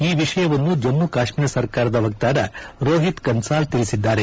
ಈ ವಿಷಯವನ್ನು ಜಮ್ಲು ಕಾಶ್ನೀರ ಸರ್ಕಾರದ ವಕ್ತಾರ ರೋಹಿತ್ ಕನ್ಸಾಲ್ ತಿಳಿಸಿದ್ದಾರೆ